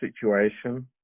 situation